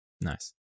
Nice